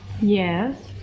Yes